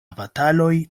bataloj